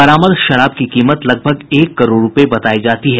बरामद शराब की कीमत लगभग एक करोड़ रुपये बतायी जाती है